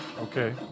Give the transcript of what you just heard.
Okay